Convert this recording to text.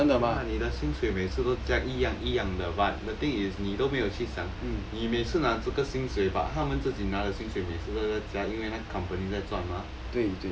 那你的薪水每次都一样一样的 but the thing is 你都没有去想你每次拿这个薪水 but 他们自己拿的薪水每次在加因为那个 company 在赚嘛